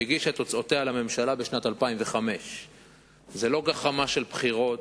שהגישה את מסקנותיה לממשלה בשנת 2005. זו לא גחמה של בחירות,